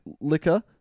liquor